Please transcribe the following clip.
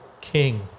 King